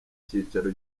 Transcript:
cicaro